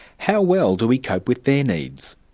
how well do we cope with their needs?